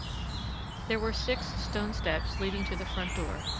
there were six stone steps leading to the frontdoor,